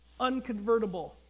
unconvertible